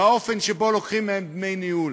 באופן שבו לוקחים מהם דמי ניהול,